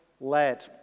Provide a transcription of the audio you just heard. led